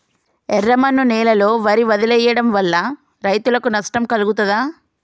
ఎర్రమన్ను నేలలో వరి వదిలివేయడం వల్ల రైతులకు నష్టం కలుగుతదా?